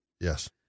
Yes